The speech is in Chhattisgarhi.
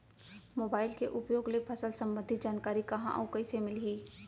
मोबाइल के उपयोग ले फसल सम्बन्धी जानकारी कहाँ अऊ कइसे मिलही?